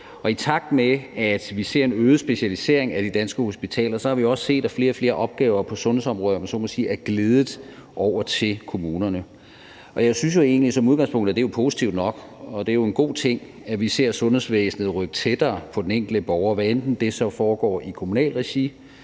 i takt med at vi ser en øget specialisering af de danske hospitaler, har vi også set, at flere og flere opgaver på sundhedsområdet er gledet, om jeg så må sige, over til kommunerne. Og jeg synes jo egentlig, at det som udgangspunkt er positivt nok. Det er jo en god ting, at vi ser sundhedsvæsenet rykke tættere på den enkelte borger, hvad enten det så foregår i kommunalt regi,